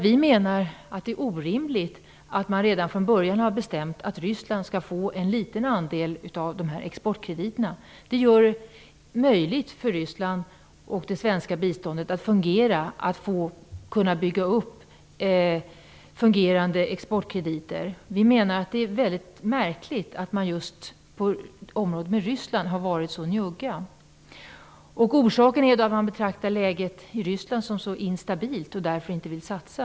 Vi menar att det är orimligt att man redan från början har bestämt att Ryssland skall få en liten andel av de här exportkrediterna. Det som gör det möjligt för Ryssland och för det svenska biståndet att fungera är att man kan bygga upp fungerande exportkrediter. Det är väldigt märkligt att man just beträffande området Ryssland har varit så njugg. Orsaken är att läget i Ryssland betraktas som mycket instabilt och att man därför inte vill satsa.